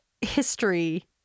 history